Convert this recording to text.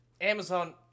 Amazon